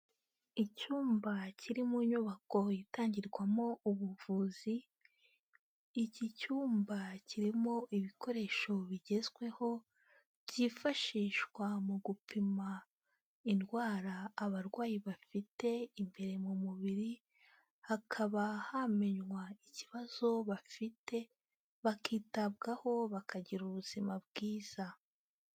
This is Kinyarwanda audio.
Icyumba kiri mu nyubako itangirwamo ubuvuzi, iki cyumba kirimo ibikoresho bigezweho, byifashishwa mu gupima indwara abarwayi bafite imbere mu mubiri, hakaba hamenywa ikibazo bafite bakitabwaho bakagira ubuzima bwiza.